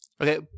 Okay